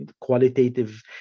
qualitative